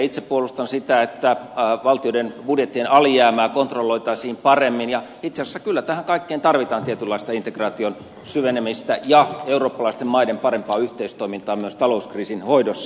itse puolustan sitä että valtioiden budjettien alijäämää kontrolloitaisiin paremmin ja itse asiassa kyllä tähän kaikkeen tarvitaan tietynlaista integraation syvenemistä ja eurooppalaisten maiden parempaa yhteistoimintaa myös talouskriisin hoidossa